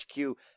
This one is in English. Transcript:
HQ